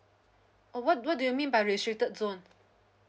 oh what what do you mean by restricted zone